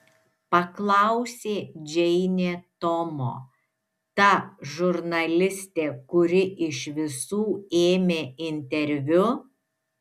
paklausė džeinė tomo ta žurnalistė kuri iš visų ėmė interviu